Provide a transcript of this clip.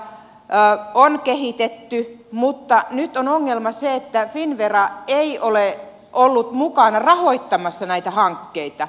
metsäbiopolttoaineita on kehitetty mutta nyt on ongelma se että finnvera ei ole ollut mukana rahoittamassa näitä hankkeita